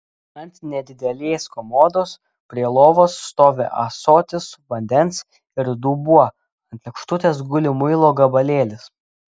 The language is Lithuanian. ant nedidelės komodos prie lovos stovi ąsotis vandens ir dubuo ant lėkštutės guli muilo gabalėlis